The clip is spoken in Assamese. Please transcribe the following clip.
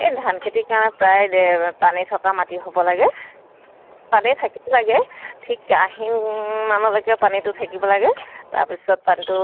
এই ধান খেতিৰ কাৰণে প্ৰায় দে পানী থকা মাটি হ'ব লাগে পানী থাকিব লাগে ঠিক আহিন মানলৈকে পানীটো থাকিব লাগে তাৰপিছত পানীটো